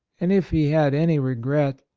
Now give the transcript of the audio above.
and if he had any regret,